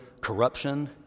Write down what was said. corruption